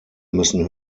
müssen